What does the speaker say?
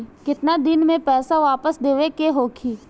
केतना दिन में पैसा वापस देवे के होखी?